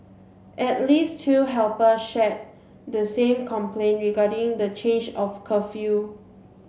at least two helper shared the same complaint regarding the change of curfew